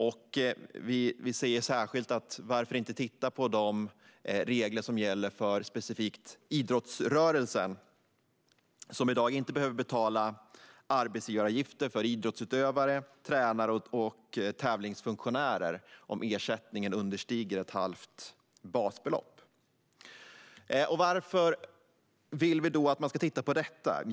Vi säger särskilt: Varför inte titta på de regler som gäller specifikt för idrottsrörelsen? I dag behöver man inte betala arbetsgivaravgifter för idrottsutövare, tränare och tävlingsfunktionärer om ersättningen understiger ett halvt basbelopp. Varför vill vi då att man ska titta på detta?